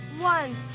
One